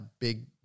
big